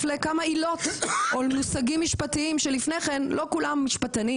לכמה עילות או למושגים משפטיים שלפני כן לא כולם משפטנים